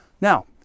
Now